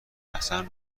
حسن